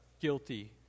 guilty